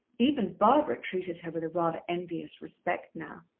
even barbara treated her with a rather envious respect now.